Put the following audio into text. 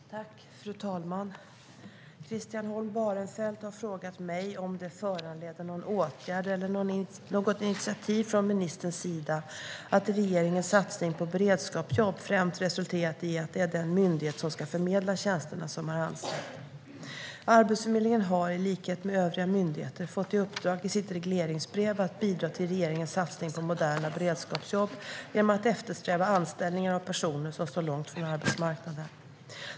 Svar på interpellationer Fru talman! Christian Holm Barenfeld har frågat mig om det föranleder någon åtgärd eller något initiativ från ministerns sida att regeringens satsning på beredskapsjobb främst resulterat i att det är den myndighet som ska förmedla tjänsterna som har anställt. Arbetsförmedlingen har, i likhet med övriga myndigheter, fått i uppdrag i sitt regleringsbrev att bidra till regeringens satsning på moderna beredskapsjobb genom att eftersträva anställningar av personer som står långt ifrån arbetsmarknaden.